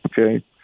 okay